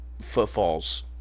footfalls